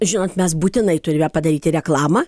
žinot mes būtinai turime padaryti reklamą